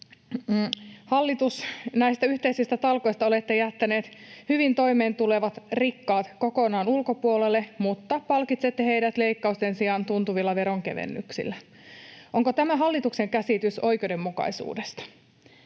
hallitus, näistä yhteisistä talkoista olette jättäneet hyvin toimeentulevat rikkaat kokonaan ulkopuolelle, mutta palkitsette heidät leikkausten sijaan tuntuvilla veronkevennyksillä? Onko tämä hallituksen käsitys oikeudenmukaisuudesta?